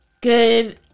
Good